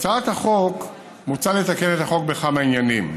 בהצעת החוק מוצע לתקן את החוק בכמה עניינים: